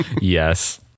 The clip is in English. Yes